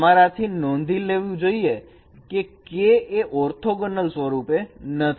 તમારાથી નોંધ લેવી જોઈએ કે K એ ઓર્થોગોનલ સ્વરૂપે નથી